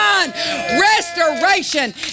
Restoration